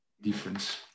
difference